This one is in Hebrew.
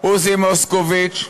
עוזי מוסקוביץ,